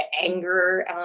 anger